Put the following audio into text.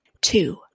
Two